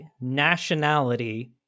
nationality